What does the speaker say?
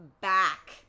back